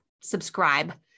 subscribe